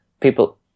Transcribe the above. people